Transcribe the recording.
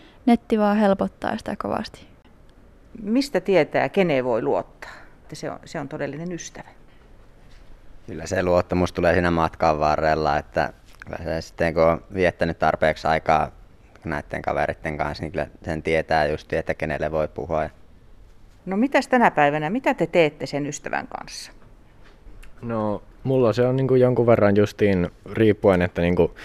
Netti vaan helpottaa sitä kovasti. Mistä tietää, keneen voi luottaa, että se on- se on todellinen ystävä? Kyllä se luottamus tulee siinä matkan varrella, että kyllä se sitten, kun on viettänyt tarpeeksi aikaa näitten kavereitten kanssa, niin kyllä sen tietää just, että kenelle voi puhua. No mitäs tänä päivänä, mitä te teette sen ystävän kanssa? No, mulla se on niinku jonkun verran justiin riippuen, että niinku